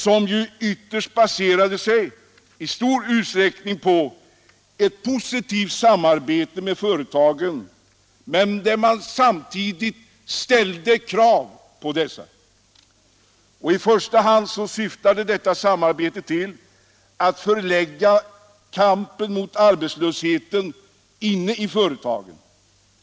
Den baserade sig ytterst i stor utsträckning på samarbete med företagen, men man ställde samtidigt krav på dessa. I första hand syftade detta samarbete till att förlägga kampen mot arbetslösheten inne i företagen.